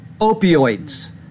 opioids